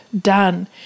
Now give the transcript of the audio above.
done